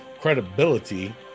credibility